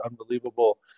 unbelievable